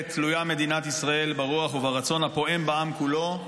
תלויה מדינת ישראל ברוח וברצון הפועם בעם כולו,